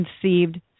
conceived